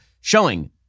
showing